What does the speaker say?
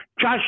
Josh